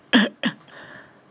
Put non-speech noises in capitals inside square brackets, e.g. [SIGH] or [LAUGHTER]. [LAUGHS]